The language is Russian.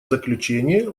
заключение